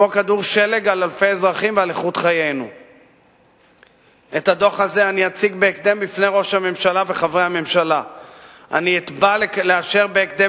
מטר אחד במשא-ומתן בין הממשלה והקואליציה הקיצונית